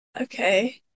Okay